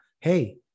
hey